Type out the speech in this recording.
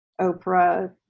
Oprah